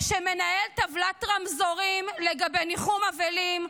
שמנהל טבלת רמזורים לגבי ניחום אבלים,